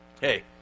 Hey